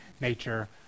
nature